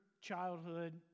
childhood